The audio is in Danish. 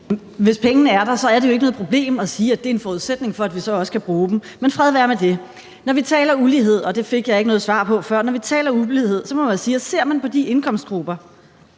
Hvis pengene er der, er det jo ikke noget problem at sige, at det er en forudsætning for, at vi så også kan bruge dem, men fred være med det. Når vi taler ulighed – og det fik jeg ikke noget svar på før – må man sige: Ser man på de indkomstgrupper,